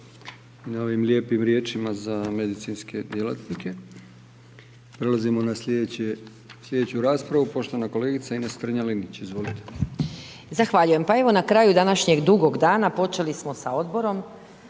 na ovim lijepim riječima za medicinske djelatnike. Prelazimo na sljedeću raspravu, poštovana kolegica Ines Strenja Linić. Izvolite. **Strenja, Ines (MOST)** Zahvaljujem. Na kraju današnjeg dugog dana, počeli smo sa odborom